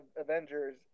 Avengers